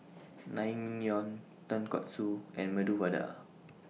Naengmyeon Tonkatsu and Medu Vada